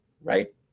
right